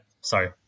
sorry